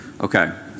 Okay